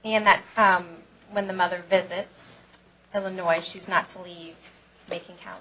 and that when the mother visits illinois she's not to leave they can count